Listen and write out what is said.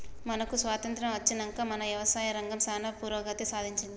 మనకు స్వాతంత్య్రం అచ్చినంక మన యవసాయ రంగం సానా పురోగతి సాధించింది